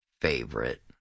Favorite